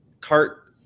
CART